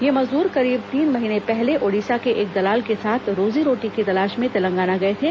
ये मजदूर करीब तीन महीने पहले ओडिसा के एक दलाल के साथ रोजी रोटी की तलाश में तेलंगाना गये थे